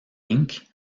inc